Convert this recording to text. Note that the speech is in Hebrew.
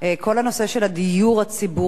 כל הנושא של הדיור הציבורי.